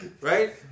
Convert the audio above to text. right